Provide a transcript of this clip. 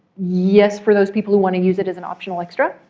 yes, for those people who want to use it as an optional extra,